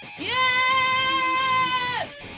Yes